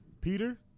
Peter